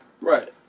Right